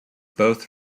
both